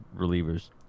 relievers